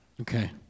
okay